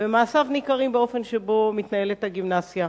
ומעשיו ניכרים באופן שבו מתנהלת הגימנסיה.